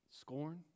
scorn